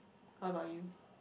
what about you